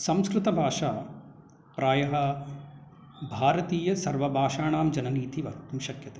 संस्कृतभाषा प्रायः भारतीयसर्वभाषाणां जननी इति वक्तुं शक्यते